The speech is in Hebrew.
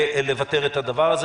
ולוותר על זה,